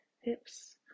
hips